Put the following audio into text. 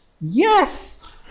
yes